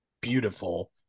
beautiful